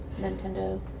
nintendo